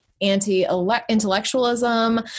anti-intellectualism